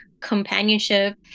companionship